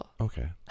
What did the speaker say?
okay